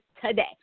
today